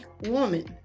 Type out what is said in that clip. woman